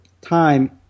time